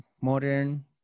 modern